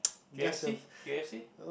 k_f_c k_f_c